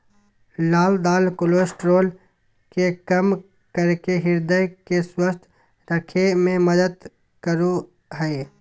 लाल दाल कोलेस्ट्रॉल के कम करके हृदय के स्वस्थ रखे में मदद करो हइ